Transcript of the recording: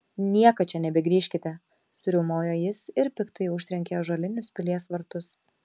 niekad čia nebegrįžkite suriaumojo jis ir piktai užtrenkė ąžuolinius pilies vartus